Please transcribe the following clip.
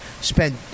Spend